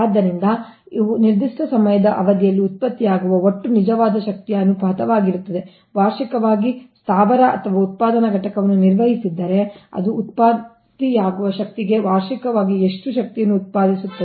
ಆದ್ದರಿಂದ ಇದು ನಿರ್ದಿಷ್ಟ ಸಮಯದ ಅವಧಿಯಲ್ಲಿ ಉತ್ಪತ್ತಿಯಾಗುವ ಒಟ್ಟು ನಿಜವಾದ ಶಕ್ತಿಯ ಅನುಪಾತವಾಗಿದೆ ವಾರ್ಷಿಕವಾಗಿ ಸ್ಥಾವರ ಅಥವಾ ಉತ್ಪಾದನಾ ಘಟಕವನ್ನು ನಿರ್ವಹಿಸಿದ್ದರೆ ಅದು ಉತ್ಪತ್ತಿಯಾಗುವ ಶಕ್ತಿಗೆ ವಾರ್ಷಿಕವಾಗಿ ಎಷ್ಟು ಶಕ್ತಿಯನ್ನು ಉತ್ಪಾದಿಸುತ್ತದೆ